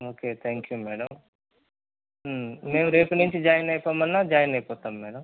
okay thank you madam మేము రేపటి నుంచి జాయిన్ అయిపోమన్నా జాయిన్ అయిపోతాము మేడం